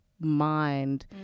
mind